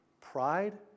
Pride